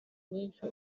wejo